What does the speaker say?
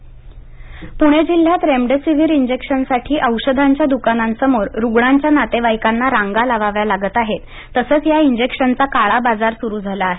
remdesivir प्रणे जिल्ह्यात remdesivir इंजेक्शनसाठी औषधांच्या द्रकानांसमोर रुग्णांच्या नातेवाइकांना रांगा लावाव्या लागत आहेत तसंच या इंजेक्शनचा काळा बाजार सुरू झाला आहे